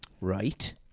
Right